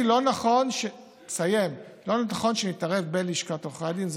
לא נכון שנתערב בלשכת עורכי הדין.